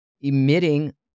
emitting